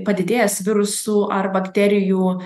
padidėjęs virusų ar bakterijų